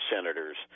senators